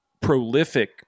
prolific